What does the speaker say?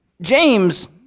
James